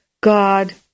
God